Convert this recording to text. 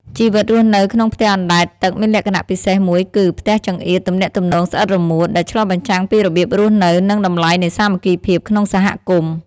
ជីវិតរស់នៅក្នុងផ្ទះអណ្ដែតទឹកមានលក្ខណៈពិសេសមួយគឺ "ផ្ទះចង្អៀត ទំនាក់ទំនងស្អិតរមួត" ដែលឆ្លុះបញ្ចាំងពីរបៀបរស់នៅ និងតម្លៃនៃសាមគ្គីភាពក្នុងសហគមន៍។